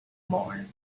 more